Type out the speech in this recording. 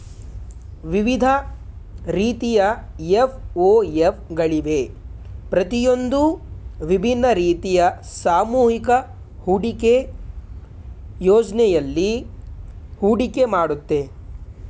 ವಿವಿಧ ರೀತಿಯ ಎಫ್.ಒ.ಎಫ್ ಗಳಿವೆ ಪ್ರತಿಯೊಂದೂ ವಿಭಿನ್ನ ರೀತಿಯ ಸಾಮೂಹಿಕ ಹೂಡಿಕೆ ಯೋಜ್ನೆಯಲ್ಲಿ ಹೂಡಿಕೆ ಮಾಡುತ್ತೆ